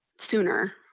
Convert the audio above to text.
sooner